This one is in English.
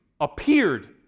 appeared